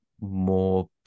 more